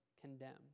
condemned